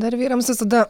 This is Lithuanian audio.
dar vyrams visada